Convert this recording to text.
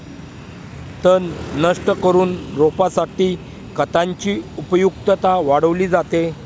तण नष्ट करून रोपासाठी खतांची उपयुक्तता वाढवली जाते